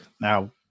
Now